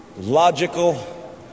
logical